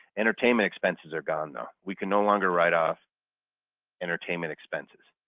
entertainment expenses are gone though. we can no longer write-off entertainment expenses.